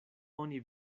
oni